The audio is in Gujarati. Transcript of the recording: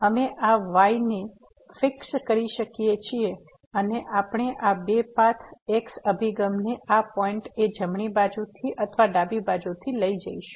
અમે આ y ને ફિક્સ કરી શકીએ છીએ અને આપણે આ બે પાથ x અભિગમને આ પોઈન્ટ એ જમણી બાજુથી અથવા ડાબી બાજુથી લઈ જઈશું